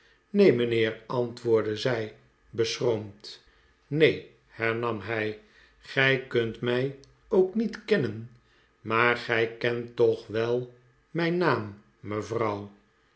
neen mijnheer antwoordde zij beschroomd neen hernam hij gij kunt mij ook niet kenrien maar gij kent toch wel mijn naam mevrouw